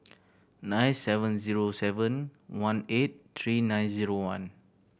nine seven zero seven one eight three nine zero one